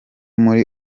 muri